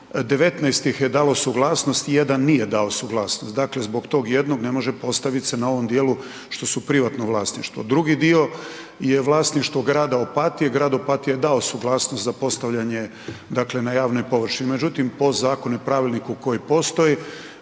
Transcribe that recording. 19 ih je dalo suglasnost, 1 nije dao suglasnost. Dakle, zbog tog jednog ne može se postaviti na ovom dijelu što su privatno vlasništvo. Drugi dio je vlasništvo grada Opatije, grad Opatija je dao suglasnost za postavljanje na javne površine. Međutim, po zakonu i pravilniku koji postoji